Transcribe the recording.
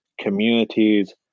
communities